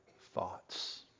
thoughts